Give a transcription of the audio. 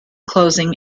closing